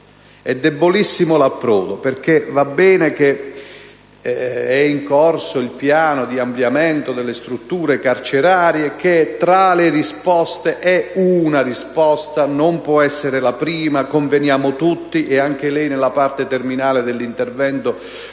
è debolissimo l'approdo, perché d'accordo che è in corso il piano di ampliamento delle strutture carcerarie, ma tra le risposte è una la risposta, e non può essere la prima; ne conveniamo tutti, e anche lei, nella parte terminale dell'intervento,